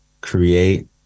create